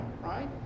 right